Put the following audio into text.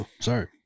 Sorry